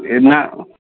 ଏ ନା